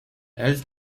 elle